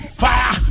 fire